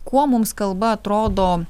kuo mums kalba atrodo